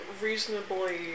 reasonably